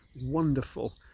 wonderful